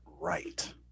right